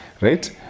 Right